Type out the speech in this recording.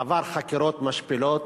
עבר חקירות משפילות,